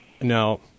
Now